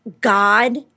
God